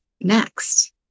next